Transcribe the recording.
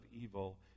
evil